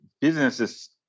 businesses